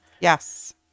Yes